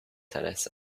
tennis